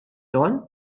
xogħol